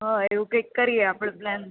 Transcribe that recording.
હા એવું કઈક કરીએ આપણે પ્લાન